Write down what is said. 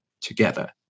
together